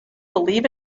believe